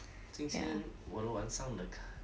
今天我的晚上的课